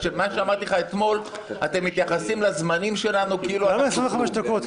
אמרתי לך אתמול שאתם מתייחסים לזמנים שלנו כאילו --- למה 25 דקות?